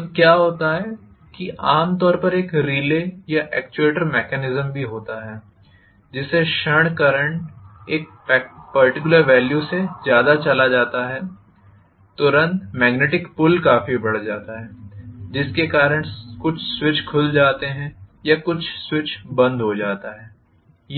तो क्या होता है आम तौर पर एक रिले या एक्चुएटर मैकेनिज्म भी होता है जिस क्षण करंट एक पर्टिक्युलर वेल्यू से ज़्यादा चला जाता है तुरंत मेग्नेटिक पुल काफी बढ़ जाता है जिसके कारण कुछ स्विचखुल जाते हैं या कुछ स्विच बंद हो जाता है